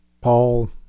Paul